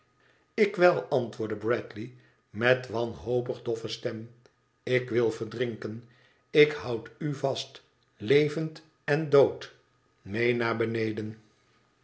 ik wel antwoordde bradley met wanhopige doffe stem ik wil verdrinken ik houd u vast levend en dood mee naar beneden